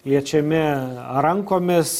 liečiami rankomis